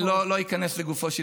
שלא איכנס לגופו של